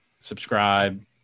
subscribe